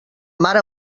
mare